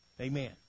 Amen